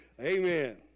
Amen